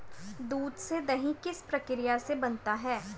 दूध से दही किस प्रक्रिया से बनता है?